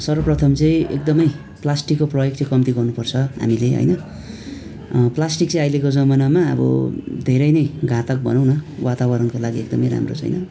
सर्वप्रथम चाहिँ एकदमै प्लास्टिकको प्रयोग चाहिँ कम्ती गर्नुपर्छ हामीले होइन प्लास्टिक चाहिँ अहिलेको जमानामा अब धेरै नै घातक भनौँ न वातावरणको लागि एकदमै राम्रो छैन